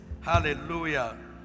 Hallelujah